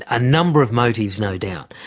a number of motives, no doubt.